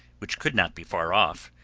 which could not be far off,